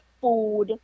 food